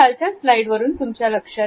खालची स्लाईड बघा